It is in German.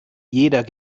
jeder